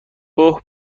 اوه